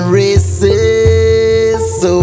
races